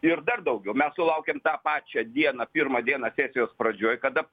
ir dar daugiau mes sulaukėm tą pačią dieną pirmą dieną sesijos pradžioj kada